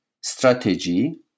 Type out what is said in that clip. strategy